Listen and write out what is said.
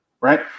Right